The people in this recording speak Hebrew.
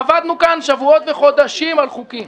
עבדנו כאן שבועות וחודשים על חוקים.